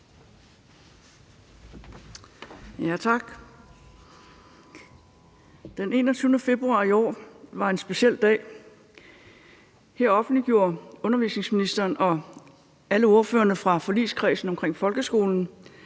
Tak. Den 21. februar i år var en speciel dag. Her offentliggjorde undervisningsministeren og alle ordførerne fra forligskredsen omkring folkeskolen